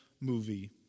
movie